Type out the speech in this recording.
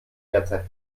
derzeit